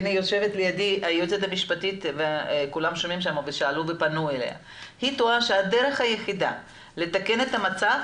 יושבת לידי היועצת המשפטית לוועדה והיא חושבת שהדרך היחידה לתקן את המצב